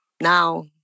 now